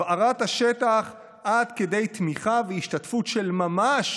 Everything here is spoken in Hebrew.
הבערת השטח עד כדי תמיכה והשתתפות של ממש